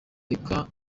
reka